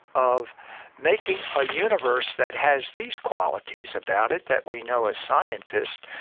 of making a universe that has these qualities about it that we know as scientists.